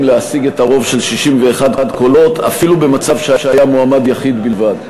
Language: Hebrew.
להשיג את הרוב של 61 קולות אפילו במצב שבו היה מועמד יחיד בלבד,